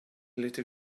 little